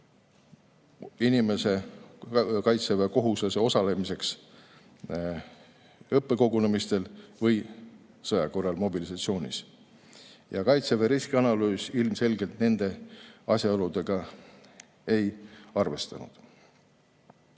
oluline kaitseväekohuslase osalemiseks õppekogunemistel või sõja korral mobilisatsioonis. Kaitseväe riskianalüüs ilmselgelt nende asjaoludega ei arvestanud.